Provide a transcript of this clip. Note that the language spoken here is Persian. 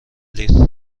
لیتر